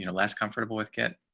you know less comfortable with get